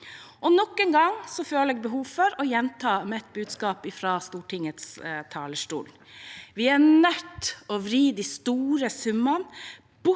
Nok en gang føler jeg behov for å gjenta mitt budskap fra Stortingets talerstol: Vi er nødt til å vri de store summene